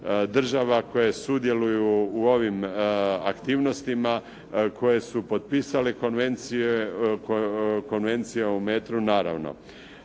država koje sudjeluju u ovim aktivnostima koje su potpisale konvencije, konvencije o metru naravno.